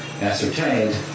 ascertained